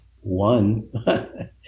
one